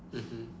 mmhmm